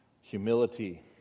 humility